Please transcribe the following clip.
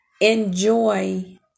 Enjoy